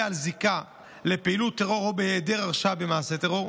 על זיקה לפעילות טרור או בהיעדר הרשעה במעשה טרור,